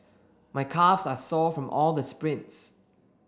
my calves are sore from all the sprints